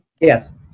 Yes